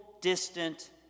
distant